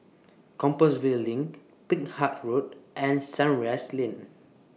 Compassvale LINK Peck Heart Road and Sunrise Lane